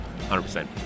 100%